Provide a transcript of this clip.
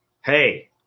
hey